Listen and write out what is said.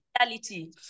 reality